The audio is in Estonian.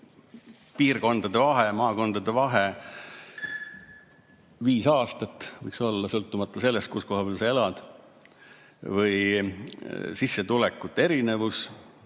piirkondade vahe, maakondade vahe viis aastat, võiks olla sõltumata sellest, kus koha peal sa elad. Või sissetulekute erinevus: